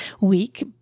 week